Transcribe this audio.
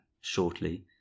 shortly